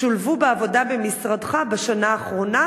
שולבו בעבודה במשרדך בשנה האחרונה,